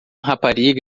rapariga